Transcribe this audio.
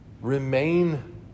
remain